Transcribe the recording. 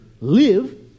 live